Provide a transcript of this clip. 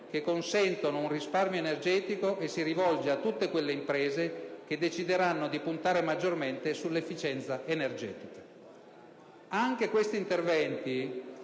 che consentono un risparmio energetico che si rivolge a tutte quelle imprese che decideranno di puntare maggiormente sull'efficienza energetica. Anche questi interventi